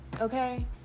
Okay